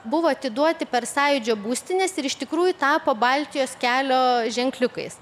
buvo atiduoti per sąjūdžio būstines ir iš tikrųjų tapo baltijos kelio ženkliukais